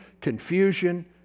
confusion